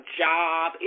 job